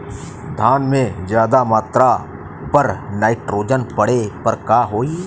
धान में ज्यादा मात्रा पर नाइट्रोजन पड़े पर का होई?